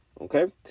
Okay